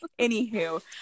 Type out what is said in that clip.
Anywho